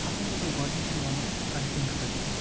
اَگر بہٕ تۄہہِ گۄڈٕنیٚتھٕے وَنہو ٹریٚکِنٛگ خٲطرٕ